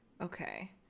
Okay